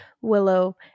Willow